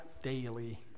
daily